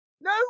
No